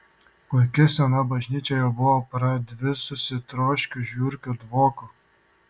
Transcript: puiki sena bažnyčia jau buvo pradvisusi troškiu žiurkių dvoku